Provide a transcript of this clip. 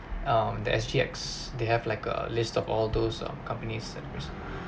um the S_G_X they have like a list of all those uh companies that which